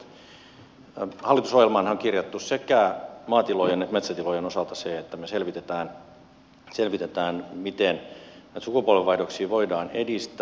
hallitusohjelmaanhan on kirjattu sekä maatilojen että metsätilojen osalta se että me selvitämme miten sukupolvenvaihdoksia voidaan edistää